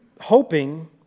hoping